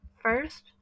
First